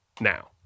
now